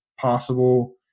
possible